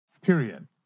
period